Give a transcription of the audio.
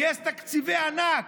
גייס תקציבי ענק.